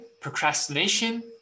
procrastination